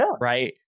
Right